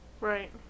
Right